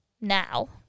now